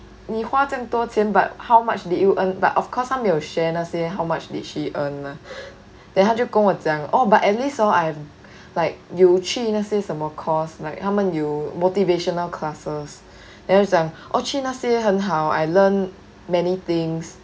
你花这样多钱 but how much did you earn but of course 他没有 share 那些 how much did she earn lah then 她就跟我讲 but at least I have like 有去那些什么 course like 他们有 motivational classes then 他讲去那些很好 I learn many things